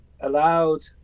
allowed